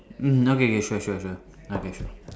mm okay okay sure sure sure okay sure